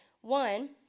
One